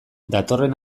datorren